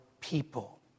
people